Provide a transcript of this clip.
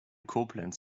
koblenz